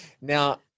Now